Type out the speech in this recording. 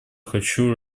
хочу